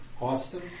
Austin